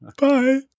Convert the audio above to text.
bye